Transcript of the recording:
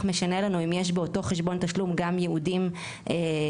משנה לנו אם יש באותו חשבון תשלום גם לייעודים נוספים,